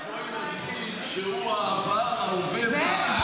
אז בואי נסכים שהוא העבר, ההווה והעתיד.